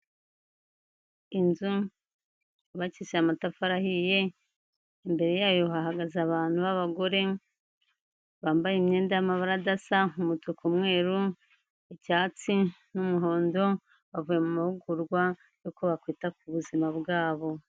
Inzu yubakishije amatafari ahiye, imbere yayo hahagaze abantu b'abagore, bambaye imyenda y'amabara adasa umutuku, umweru, icyatsi n'umuhondo bavuye mu mahugurwa y'uko bakwita ku buzima bwabo.